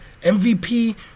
MVP